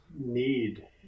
need